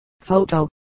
Photo